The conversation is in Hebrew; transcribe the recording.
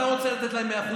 אתה רוצה לתת להם 100%,